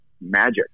magic